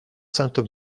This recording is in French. sainte